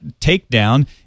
takedown